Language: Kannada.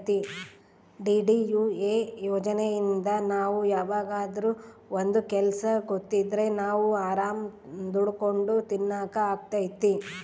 ಡಿ.ಡಿ.ಯು.ಎ ಯೋಜನೆಇಂದ ನಾವ್ ಯಾವ್ದಾದ್ರೂ ಒಂದ್ ಕೆಲ್ಸ ಗೊತ್ತಿದ್ರೆ ನಾವ್ ಆರಾಮ್ ದುಡ್ಕೊಂಡು ತಿನಕ್ ಅಗ್ತೈತಿ